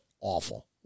awful